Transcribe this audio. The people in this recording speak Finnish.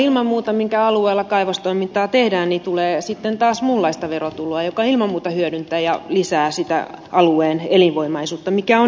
ilman muuta kunnalle minkä alueella kaivostoimintaa tehdään tulee taas muunlaista verotuloa joka ilman muuta hyödyttää ja lisää alueen elinvoimaisuutta mikä on hyvä